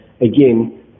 again